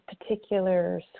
particular